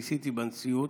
ניסיתי בנשיאות.